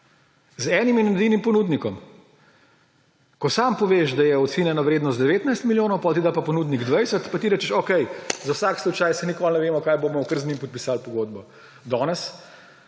Z enim in edinim ponudnikom. Ko sam poveš, da je ocenjena vrednost 19 milijonov, potem ti da pa ponudnik 20, pa ti rečeš okej, za vsaj slučaj, saj nikoli ne vemo, kaj bo, bomo kar z njim podpisali pogodbo. Danes,